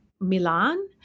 Milan